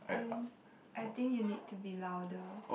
I I think you need to be louder